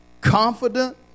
confident